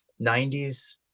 90s